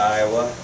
Iowa